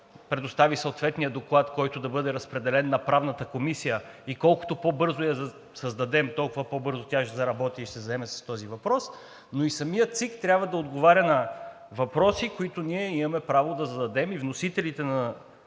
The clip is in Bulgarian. предостави съответния доклад, който да бъде разпределен на Правната комисия, и колкото по-бързо я създадем, толкова по-бързо тя ще заработи и ще се заеме с този въпрос, но и самата ЦИК трябва да отговаря на въпроси, които ние имаме право да зададем. Вносителите на